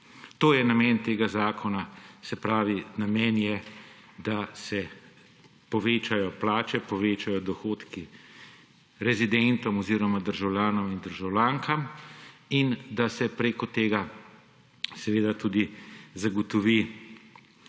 To je namen tega zakona; se pravi, namen je, da se povečajo plače, dohodki rezidentom oziroma državljanom in državljankam in da se preko tega seveda tudi zagotovijo